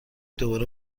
دوباره